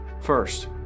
First